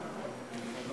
תודה לחבר הכנסת יאיר לפיד.